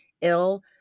ill